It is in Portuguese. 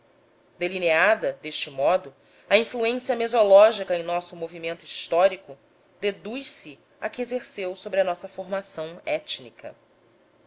delineada deste modo a influência mesológica em nosso movimento histórico deduz se a que exerceu sobre a nossa formação étnica